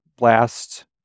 Last